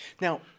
Now